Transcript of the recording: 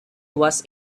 was